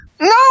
No